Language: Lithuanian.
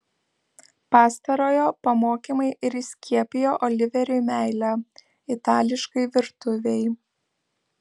pastarojo pamokymai ir įskiepijo oliveriui meilę itališkai virtuvei